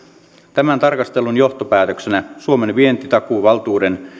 tämän tarkastelun johtopäätöksenä suomen vientitakuuvaltuuden